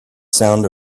sound